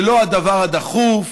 זה לא הדבר הדחוף,